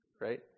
right